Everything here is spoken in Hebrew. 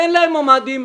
כאלה שאין להן ממ"דים,